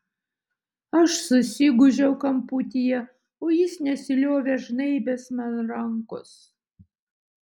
aš susigūžiau kamputyje o jis nesiliovė žnaibęs man rankos